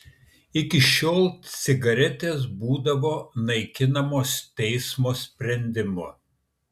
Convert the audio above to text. iki šiol cigaretės būdavo naikinamos teismo sprendimu